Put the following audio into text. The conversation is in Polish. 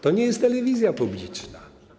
To nie jest telewizja publiczna.